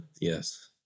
yes